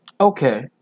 Okay